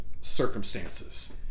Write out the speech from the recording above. circumstances